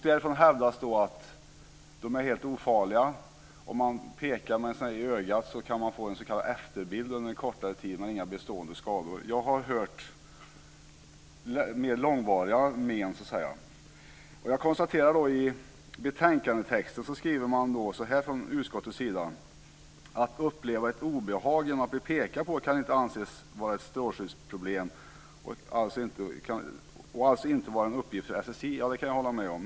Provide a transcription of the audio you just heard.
Därifrån hävdas att de är helt ofarliga. Om man pekar med dem i ögat kan man få en s.k. efterbild under en kortare tid, men inga bestående skador, inga mer långvariga men. Jag konstaterar att man i betänkandetexten från utskottets sida skriver så här: "Att uppleva ett obehag genom att bli pekad på, kan inte anses vara ett strålskyddsproblem och alltså inte vara en uppgift för SSI." Det kan jag hålla med om.